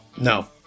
No